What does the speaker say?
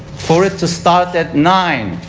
for it to start at nine.